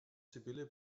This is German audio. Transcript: sibylle